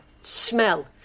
smell